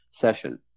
session